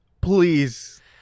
Please